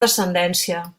descendència